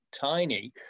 tiny